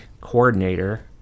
coordinator